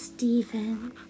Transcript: Steven